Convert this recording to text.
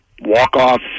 walk-off